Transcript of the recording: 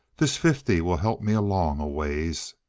this fifty will help me along a ways.